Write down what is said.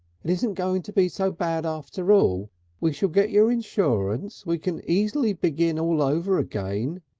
it isn't going to be so bad after all. we shall get your insurance. we can easy begin all over again.